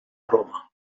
roma